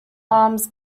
arms